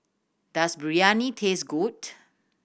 does Biryani taste good